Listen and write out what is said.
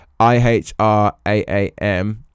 IHRAAM